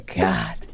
God